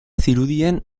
zirudien